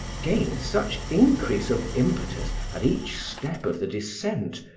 gained such increase of impetus at each step of the descent,